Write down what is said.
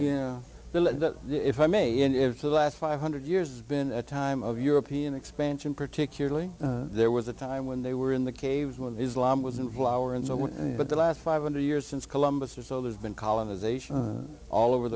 lead if i may if the last five hundred years has been a time of european expansion particularly there was a time when they were in the caves of islam was an hour and so when but the last five hundred years since columbus or so there's been colonization all over